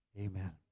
amen